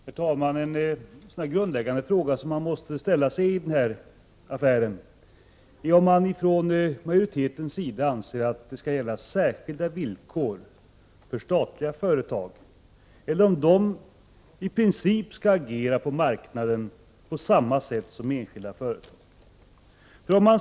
Herr talman! En grundläggande fråga som man måste ställa sig i denna affär är om man från majoritetens sida anser att det skall gälla särskilda villkor för statliga företag eller om företagen i princip skall få agera på marknaden på samma sätt som enskilda företag.